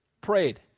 Prayed